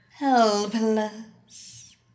helpless